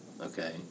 Okay